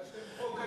הגשתם חוק על,